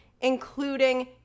including